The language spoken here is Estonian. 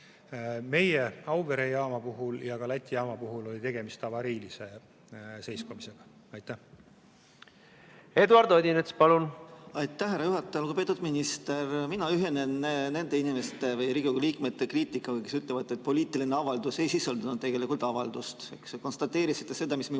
Meie Auvere jaama puhul ja ka Läti jaama puhul oli tegemist avariilise seiskumisega. Eduard Odinets, palun! Aitäh, härra juhataja! Lugupeetud minister! Mina ühinen nende inimeste või Riigikogu liikmete kriitikaga, kes ütlevad, et poliitiline avaldus ei sisaldanud tegelikult avaldust. Te konstateerisite seda, mida me